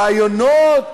ראיונות,